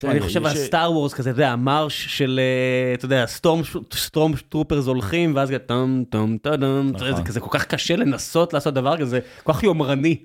אני חושב על סטאר וורס כזה, אתה יודע, המארש של, אתה יודע, סטורם טרופרס הולכים ואז זה כזה טאם טאם טא דאם. תראה, זה כזה כל כך קשה לנסות לעשות דבר כזה, כל כך יומרני.